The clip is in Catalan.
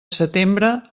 setembre